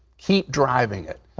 keep driving it.